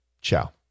Ciao